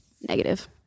Negative